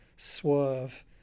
swerve